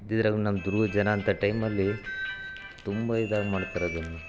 ಇದ್ದಿದ್ರಾಗಿ ನಮ್ಮ ದುರ್ಗದ ಜನ ಅಂತ ಟೈಮಲ್ಲಿ ತುಂಬ ಇದಾಗಿ ಮಾಡ್ತಾರೆ ಅದನ್ನು